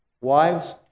Wives